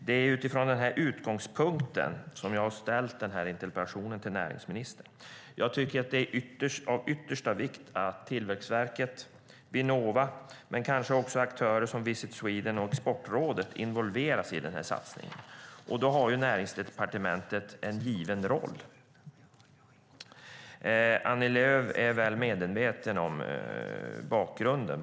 Det är från denna utgångspunkt jag har framställt min interpellation till näringsministern. Jag tycker att det är av yttersta vikt att Tillväxtverket, Vinnova och kanske också aktörer som Visit Sweden och Exportrådet måste involveras i satsningen. Då har Näringsdepartementet en given roll. Annie Lööf är väl medveten om bakgrunden.